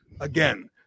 again